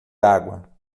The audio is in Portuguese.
água